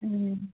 ꯎꯝ